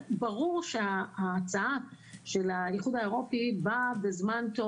ברור שההצעה של האיחוד האירופאי באה בזמן טוב